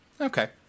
Okay